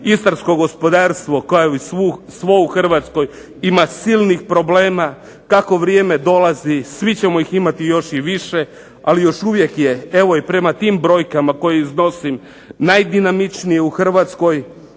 istarsko gospodarstvo kao i svo u Hrvatskoj ima silnih problema. Kako vrijeme dolazi svi ćemo ih imati još i više, ali još uvijek je evo i prema tim brojkama koje iznosim najdinamičnije u Hrvatskoj.